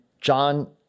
John